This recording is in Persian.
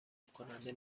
کننده